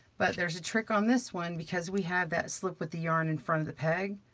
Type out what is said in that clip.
but there's a trick on this one because we have that slip with the yarn in front of the peg.